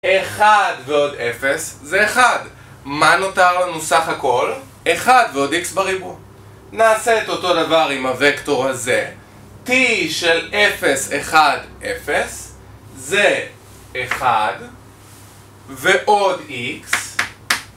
1 ועוד 0 זה 1, מה נותר לנו סך הכל? 1 ועוד x בריבוע. נעשה את אותו דבר עם הוקטור הזה, t של 0, 1, 0 זה 1 ועוד x.